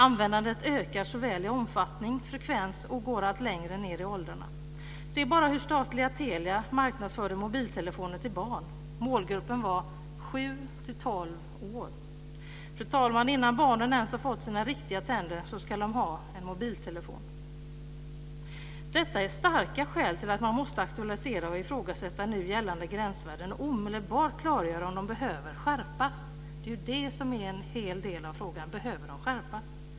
Användandet ökar såväl i omfattning som i frekvens och går allt längre ned i åldrarna. Se bara hur statliga Telia marknadsförde mobiltelefoner till barn. Målgruppen var barn i åldern 7-12 år. Fru talman! Innan barnen ens har fått sina riktiga tänder ska de ha en mobiltelefon. Detta är starka skäl till att man måste aktualisera och ifrågasätta nu gällande gränsvärden och omedelbart klargöra om de behöver skärpas. Det är detta som är en hel del av frågan: Behöver de skärpas?